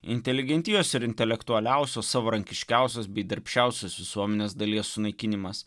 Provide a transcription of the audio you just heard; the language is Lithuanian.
inteligentijos ir intelektualiausios savarankiškiausios bei darbščiausios visuomenės dalies sunaikinimas